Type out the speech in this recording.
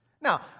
Now